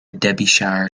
derbyshire